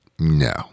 No